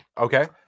okay